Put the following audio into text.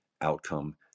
outcome